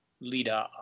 leader